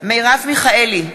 מרב מיכאלי,